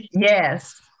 Yes